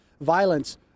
violence